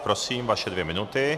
Prosím, vaše dvě minuty.